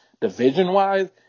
division-wise